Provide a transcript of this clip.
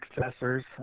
successors